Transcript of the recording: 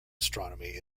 astronomy